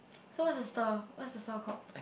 so what is the store what is the store called